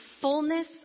fullness